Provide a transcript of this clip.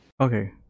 Okay